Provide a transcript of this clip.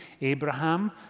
Abraham